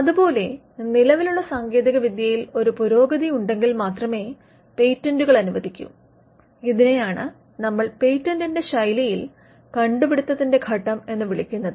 അതുപോലെ നിലവിലുള്ള സാങ്കേതികവിദ്യയിൽ ഒരു പുരോഗതി ഉണ്ടെങ്കിൽ മാത്രമേ പേറ്റന്റുകൾ അനുവദിക്കൂ ഇതിനെയാണ് നമ്മൾ പേറ്റന്റിന്റെ ശൈലിയിൽ കണ്ടുപിടുത്തത്തിന്റെ ഘട്ടം എന്ന് വിളിക്കുന്നത്